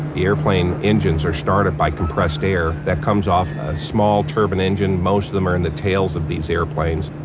the airplane engines are started by compressed air that comes off a small turbine engine. most of them are in the tails of these airplanes.